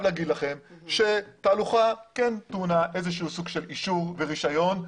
לומר לכם שתהלוכה טעונה איזשהו סוג של אישור ורישיון.